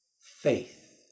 faith